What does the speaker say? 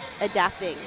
adapting